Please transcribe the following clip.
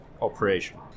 operation